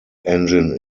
engine